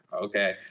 okay